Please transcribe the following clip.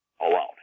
alone